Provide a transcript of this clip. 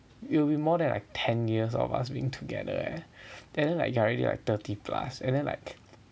it will be more than like ten years of us being together eh then like you are already like thirty plus and then like